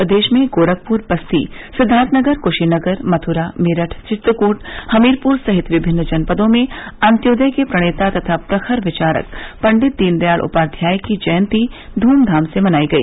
प्रदेश में गोरखपुर बस्ती सिद्वार्थनगर क्शीनगर मथुरा मेरठ चित्रकूट हमीरपुर सहित विभिन्न जनपदों में अन्त्योदय के प्रणेता तथा प्रखर विचारक पंडित दीन दयाल उपाध्याय की जयन्ती ध्रमधाम से मनाई गई